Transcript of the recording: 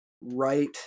right